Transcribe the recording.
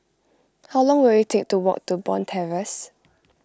how long will it take to walk to Bond Terrace